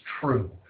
true